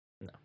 No